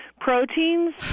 Proteins